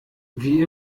wie